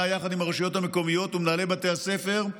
יחד עם הרשויות המקומיות ומנהלי בתי הספר,